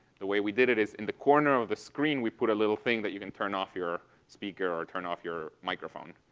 the way we did it is in the corner of the screen we put a little thing that you can turn off your speaker or turn off your microphone.